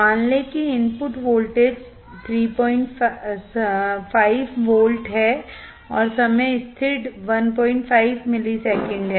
मान लें कि इनपुट वोल्टेज 35 वोल्ट है और समय स्थिर 15 मिलीसेकंड है